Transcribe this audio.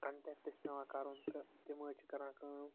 contact چھُ پیٚوان کَرُن تہٕ تِم حظ چھِ کَران کٲم